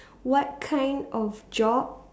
what kind of job